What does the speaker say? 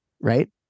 right